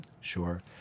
Sure